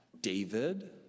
David